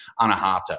Anahata